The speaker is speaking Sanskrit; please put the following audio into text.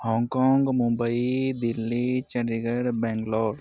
हाङ्काङ्ग् मुम्बै दिल्ली चण्डिगर् ब्याङ्ग्लोर्